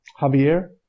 Javier